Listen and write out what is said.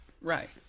Right